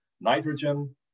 nitrogen